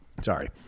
Sorry